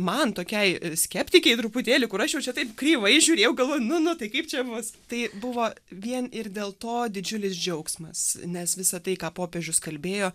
man tokiai skeptikei truputėlį kur aš jau čia taip kreivai žiūrėjau galvoju nu nu tai kaip čia bus tai buvo vien ir dėl to didžiulis džiaugsmas nes visa tai ką popiežius kalbėjo